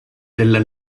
della